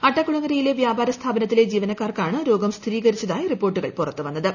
അട്ടക്കുളങ്ങരയിലെ വ്യാപാര സ്ഥാപനത്തിലെ ജീവനക്കാർക്കാണ് രോഗം സ്ഥിരീകരിച്ചതായി റിപ്പോർട്ടുകൾ പുറത്തു വന്നത്